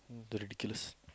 ridiculous